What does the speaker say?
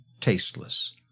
tasteless